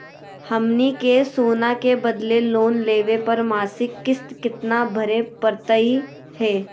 हमनी के सोना के बदले लोन लेवे पर मासिक किस्त केतना भरै परतही हे?